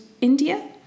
India